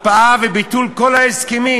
הקפאה וביטול כל ההסכמים.